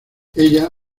ella